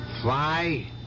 Fly